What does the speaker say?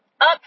up